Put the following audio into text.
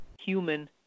human